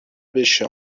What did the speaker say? بشه